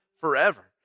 forever